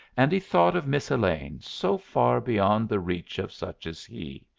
and he thought of miss elaine so far beyond the reach of such as he,